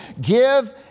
give